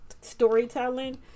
storytelling